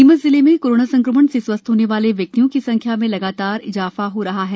नीमच जिले में कोरोना संक्रमण से स्वस्थ होने वाले व्यक्तियों की संख्या में लगातार इजाफा हो रहा है